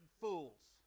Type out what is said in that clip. fools